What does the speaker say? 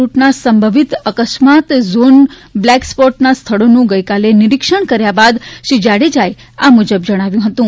રૂટના સંભવિત અકસ્માત zone black સ્પોટના સ્થળોનું ગઇકાલે નિરીક્ષણ કર્યા બાદ શ્રી જાડેજાએ આ મુજબ જણાવ્યુ હતું